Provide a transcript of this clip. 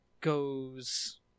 goes